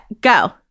go